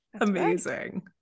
Amazing